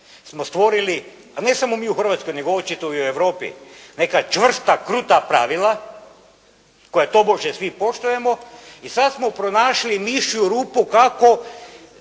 smo stvorili, ne samo mi u Hrvatskoj, nego očito i u Europi, neka čvrsta, kruta pravila koja tobože svi poštujemo i sada smo pronašli mišju rupu kako